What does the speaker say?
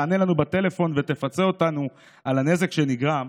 תענה לנו בטלפון ותפצה אותנו על הנזק שנגרם,